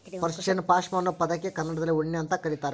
Persian ಪಾಷ್ಮಾ ಅನ್ನೋ ಪದಕ್ಕೆ ಕನ್ನಡದಲ್ಲಿ ಉಣ್ಣೆ ಅಂತ ಕರೀತಾರ